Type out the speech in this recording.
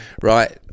Right